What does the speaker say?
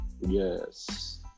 Yes